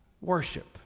worship